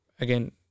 Again